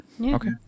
Okay